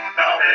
now